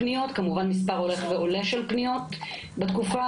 פתאום קמות כל מיני תנועות של טיפולי המרה